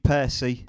Percy